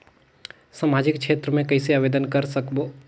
समाजिक क्षेत्र मे कइसे आवेदन कर सकबो?